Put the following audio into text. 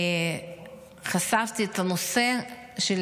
חשפתי את הנושא -- המבוגרים.